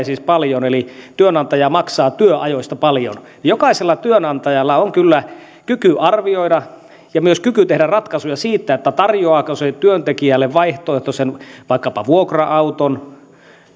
siis paljon eli työnantaja maksaa työajoista paljon jokaisella työnantajalla on kyllä kyky arvioida ja myös kyky tehdä ratkaisuja siitä tarjoaako työntekijälle vaihtoehtoisen ratkaisun vaikkapa vuokra auton